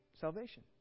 Salvation